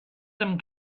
them